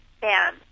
bam